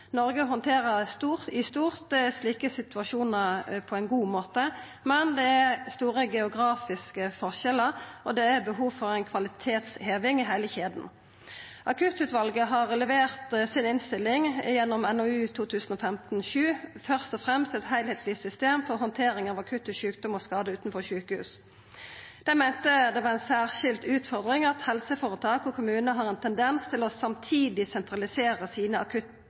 Noreg handterer i stort slike situasjonar på ein god måte, men det er store geografiske forskjellar, og det er behov for ei kvalitetsheving i heile kjeda. Akuttutvalet har levert si innstilling gjennom NOU 2015:17, Først og fremst – Et helhetlig system for håndtering av akutte sykdommer og skader utenfor sykehus. Dei meinte det var ei særskilt utfordring at helseføretak og kommunar har ein tendens til samtidig å sentralisera sine